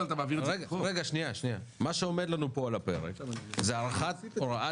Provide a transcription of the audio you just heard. מה שעומד לנו פה על הפרק זה הארכת הוראת